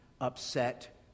upset